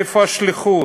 איפה השליחות?